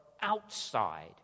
outside